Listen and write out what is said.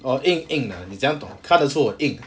oh 硬硬 ah 你怎样懂看得出很硬